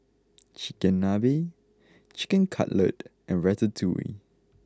Chigenabe Chicken Cutlet and Ratatouille